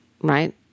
Right